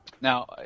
Now